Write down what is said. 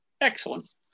excellent